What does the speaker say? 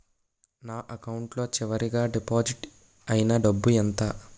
నా అకౌంట్ లో చివరిగా డిపాజిట్ ఐనా డబ్బు ఎంత?